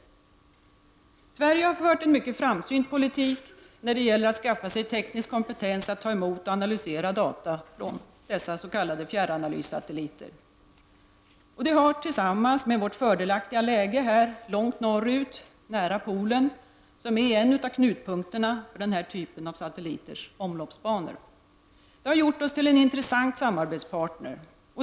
Sverige har fört en mycket framsynt politik när det gäller att skaffa sig tek nisk kompetens att ta emot och analysera data från fjärranalyssatelliter. Detta har tillsammans med vårt fördelaktiga läge långt norrut nära polen, som är en av knutpunkterna i dessa satelliters omloppsbanor, gjort oss till en intressant samarbetspartner.